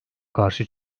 karşı